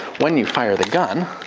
when you fire the gun,